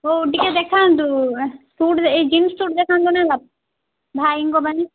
ହେଉ ଟିକିଏ ଦେଖାନ୍ତୁ ସୁଟ୍ ଏଇ ଜିନ୍ସ୍ ସୁଟ୍ ଦେଖାନ୍ତୁ ଭାଇଙ୍କ ପାଇଁ